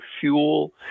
fuel